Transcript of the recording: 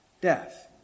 death